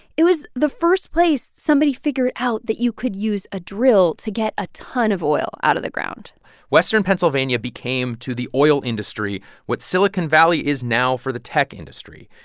it was the first place somebody figured out that you could use a drill to get a ton of oil out of the ground western pennsylvania became, to the oil industry, what silicon valley is now for the tech industry.